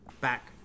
back